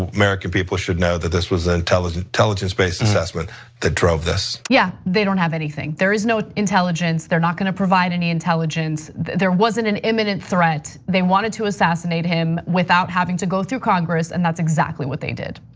american people should know that this was an intelligence based assessment that drove this. yeah, they don't have anything. there is no intelligence, they're not gonna provide any intelligence, there wasn't an imminent threat, they wanted to assassinate him without having to go through congress, and that's exactly what they did.